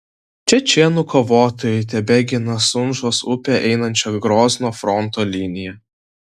čečėnų kovotojai tebegina sunžos upe einančią grozno fronto liniją